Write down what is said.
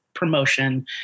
promotion